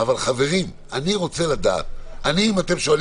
אני מבין את השיקולים